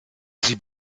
sie